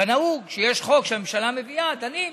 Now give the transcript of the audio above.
כנהוג, כשיש חוק שהממשלה מביאה, דנים.